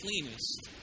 cleanest